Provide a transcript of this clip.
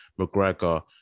McGregor